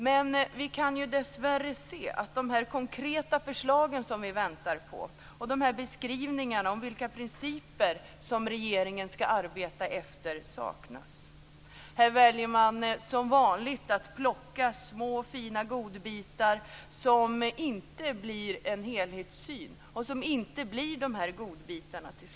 Men vi kan dessvärre se att de konkreta förslag som vi väntar på och beskrivningarna av vilka principer som regeringen skall arbeta efter saknas. Här väljer man som vanligt att plocka små och fina godbitar som inte passar in i en helhetssyn och som till slut inte blir några godbitar.